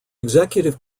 executive